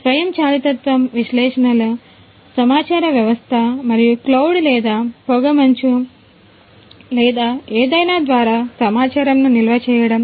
స్వయంచాలితత్వం లేదా ఏదైనా ద్వారా సమాచారమును నిల్వ చేయడం